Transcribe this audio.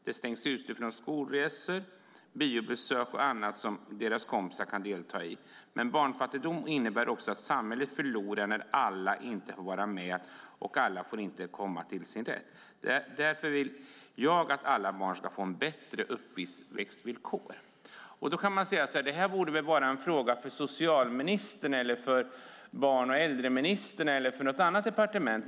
De stängs ute från skolresor, biobesök och annat som deras kompisar kan delta i. Barnfattigdom innebär också att samhället förlorar när alla inte får vara med och inte får komma till sin rätt. Därför vill jag att alla barn ska få bättre uppväxtvillkor. Det här borde kanske vara en fråga för socialministern, barn och äldreministern eller för något annat departement.